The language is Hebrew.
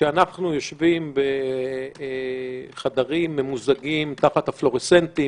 שאנחנו יושבים בחדרים ממוזגים תחת הפלורסנטים,